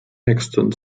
extant